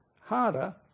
harder